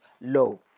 low